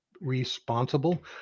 responsible